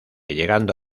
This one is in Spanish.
llegando